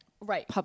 Right